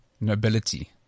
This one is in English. nobility